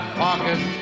pocket